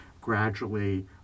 Gradually